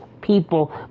people